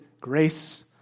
grace